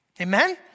Amen